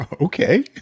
Okay